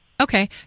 Okay